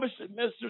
Mr